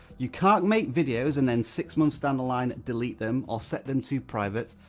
you can't make videos and then six months down the line, delete them or set them to private.